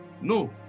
No